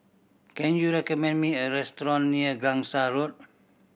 can you recommend me a restaurant near Gangsa Road